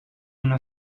una